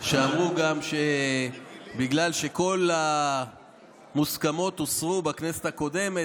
שאמרו שבגלל שכל המוסכמות הוסרו בכנסת הקודמת,